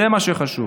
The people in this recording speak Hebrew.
זה מה שחשוב.